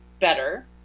better